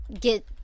get